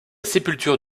sépulture